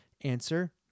answer